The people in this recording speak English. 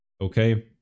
okay